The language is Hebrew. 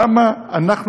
למה אנחנו,